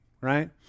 right